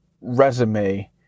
resume